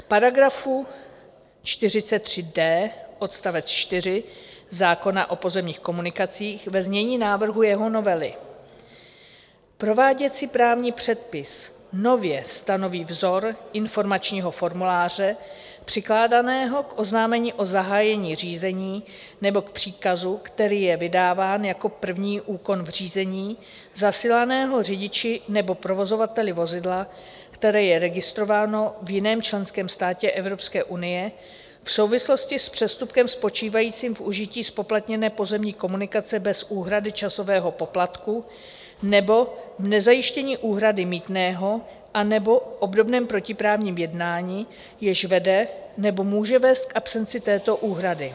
K § 43d odst. 4 zákona o pozemních komunikacích ve znění návrhu jeho novely: prováděcí právní předpis nově stanoví vzor informačního formuláře přikládaného k oznámení o zahájení řízení nebo k příkazu, který je vydáván jako první úkon v řízení zasílaného řidiči nebo provozovateli vozidla, které je registrováno v jiném členském státě Evropské unie v souvislosti s přestupkem spočívajícím v užití zpoplatněné pozemní komunikace bez úhrady časového poplatku nebo nezajištění úhrady mýtného anebo v obdobném protiprávním jednání, jež vede nebo může vést k absenci této úhrady.